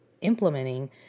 implementing